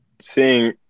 seeing